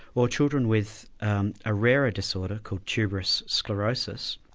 or children with a rarer disorder called tuberous sclerosis,